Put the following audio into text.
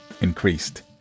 increased